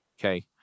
okay